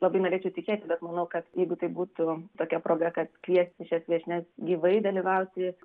labai norėčiau tikėti bet manau kad jeigu tai būtų tokia proga kad kviesti šias viešnias gyvai dalyvauti